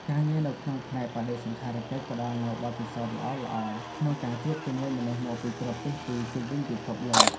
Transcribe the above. ការងារនៅក្នុងផ្នែកបដិសណ្ឋារកិច្ចផ្តល់នូវបទពិសោធន៍ល្អៗក្នុងការជួបជាមួយមនុស្សមកពីគ្រប់ទិសទីជុំវិញពិភពលោក។